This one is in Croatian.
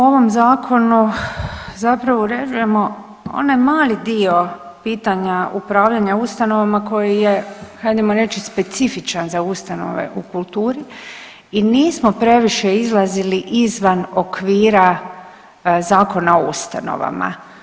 Mi u ovom zakonu zapravo uređujemo onaj mali dio pitanja upravljanja ustanovama koji je hajdemo reći specifičan za ustanove u kulturi i nismo previše izlazili izvan okvira Zakona o ustanovama.